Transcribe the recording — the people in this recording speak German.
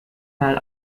mal